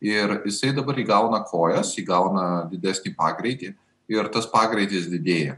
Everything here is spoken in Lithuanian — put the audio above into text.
ir jisai dabar įgauna kojas įgauna didesnį pagreitį ir tas pagreitis didėja